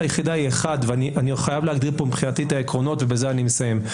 אני חייב להגדיר פה מבחינתי את העקרונות ובזה אני מסיים.